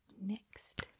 next